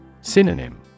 Synonym